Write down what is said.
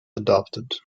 adopted